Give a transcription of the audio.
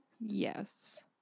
Yes